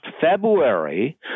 February